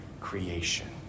creation